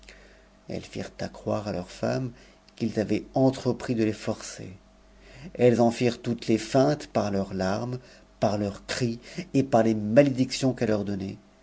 elles firent accroire à leurs femmes qu'ils avaient entrepris de ies forcer elles en firent toutes les feintes par leurs larmes par leurs cris et par les malédictions qu'elles leur donnaient